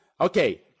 Okay